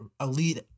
elite